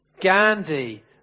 Gandhi